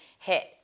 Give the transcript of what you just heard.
hit